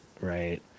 Right